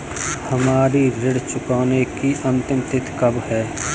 हमारी ऋण चुकाने की अंतिम तिथि कब है?